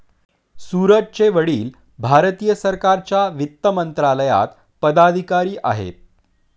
सूरजचे वडील भारत सरकारच्या वित्त मंत्रालयात पदाधिकारी आहेत